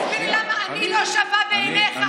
תסביר לי למה אני לא שווה בעיניך.